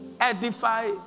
edify